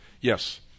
Yes